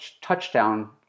touchdown